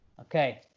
okay